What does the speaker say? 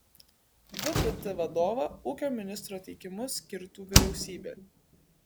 vpt vadovą ūkio ministro teikimu skirtų vyriausybė